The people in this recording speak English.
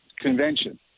convention